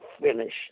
finish